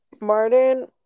martin